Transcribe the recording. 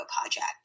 project